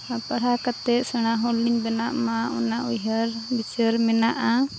ᱯᱟᱲᱦᱟᱣ ᱠᱟᱛᱮᱫ ᱥᱮᱬᱟ ᱦᱚᱲᱞᱤᱧ ᱵᱮᱱᱟᱜ ᱢᱟ ᱚᱱᱟ ᱩᱭᱦᱟᱹᱨ ᱫᱤᱥᱟᱹᱨᱮ ᱢᱮᱱᱟᱜᱼᱟ